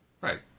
Right